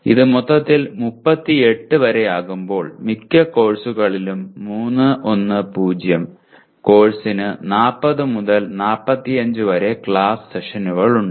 ഇത് മൊത്തത്തിൽ 38 വരെ ആകുമ്പോൾ മിക്ക കോഴ്സുകളിലും 3 1 0 കോഴ്സിന് 40 മുതൽ 45 വരെ ക്ലാസ് സെഷനുകൾ ഉണ്ട്